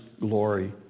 glory